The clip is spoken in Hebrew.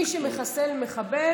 מי שמחסל מחבל,